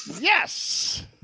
Yes